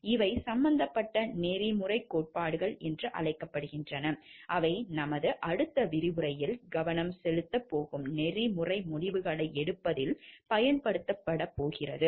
இவை சம்பந்தப்பட்ட நெறிமுறைக் கோட்பாடுகள் என்று அழைக்கப்படுகின்றன அவை நமது அடுத்த விரிவுரையில் கவனம் செலுத்தப் போகும் நெறிமுறை முடிவுகளை எடுப்பதில் பயன்படுத்தப்படுகின்றன